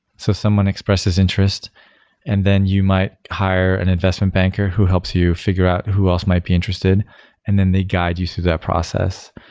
so someone expresses interest and then you might hire an investment banker who helps you figure out who else might be interested and then they guide you so that process.